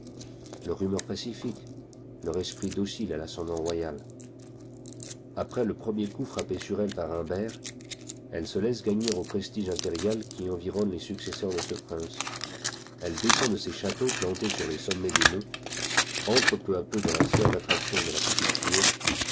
digitized by google pacifique leur esprit docile à l'ascendant royal après le premier coup frappé sur elle par humbert elle se laisse gagner au prestige impérial qui environne les successeurs de ce prince elle descend de ses châteaux plantés sur les sommets des monts entre peu à peu dans la sphère d'attraction de la petite cour